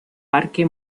parque